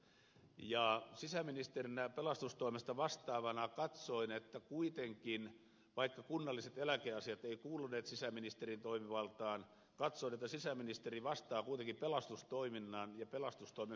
sisäministerinä ja pelastustoimesta vastaavana katsoin vaikka kunnalliset eläkeasiat eivät kuuluneet sisäministerin toimivaltaan että sisäministeri vastaa kuitenkin pelastustoiminnasta ja pelastustoimen suorituskyvystä